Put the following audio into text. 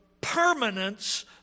permanence